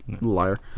Liar